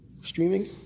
streaming